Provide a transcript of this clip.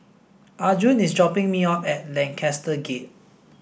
Arjun is dropping me off at Lancaster Gate